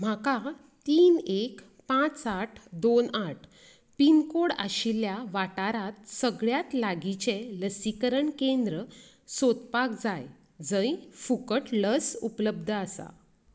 म्हाका तीन एक पांच सात दोन आठ पिनकोड आशिल्ल्या वाठारांत सगळ्यांत लागींचें लसीकरण केंद्र सोदपाक जाय जंय फुकट लस उपलब्द आसा